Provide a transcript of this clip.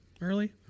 early